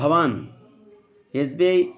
भवान् S B I